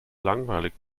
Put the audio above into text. langweilig